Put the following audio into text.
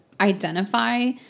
identify